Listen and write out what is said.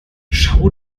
schau